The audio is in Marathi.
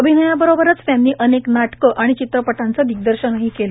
अभिनयाबरोबरच त्यांनी अनेक नाटकं आणि चित्रपटांचं दिग्दर्शनही केलं